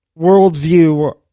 worldview